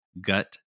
Gut